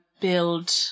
build